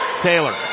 Taylor